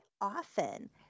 often